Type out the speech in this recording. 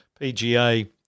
PGA